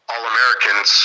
All-Americans